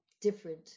different